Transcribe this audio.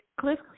Cliff